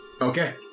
Okay